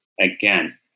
again